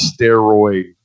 steroid